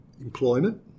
employment